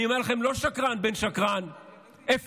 אני אומר לכם, לא שקרן בן שקרן, אפס.